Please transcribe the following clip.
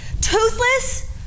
toothless